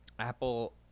Apple